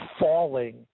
falling